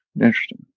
Interesting